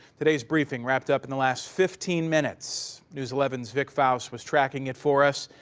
today's briefing wrapped up in the last fifteen minutes news eleven's vic faust was tracking it for us.